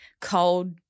cold